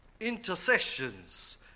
intercessions